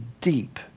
deep